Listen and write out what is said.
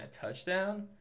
touchdown